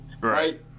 right